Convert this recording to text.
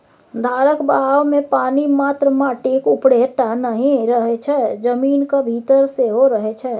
धारक बहावमे पानि मात्र माटिक उपरे टा नहि रहय छै जमीनक भीतर सेहो रहय छै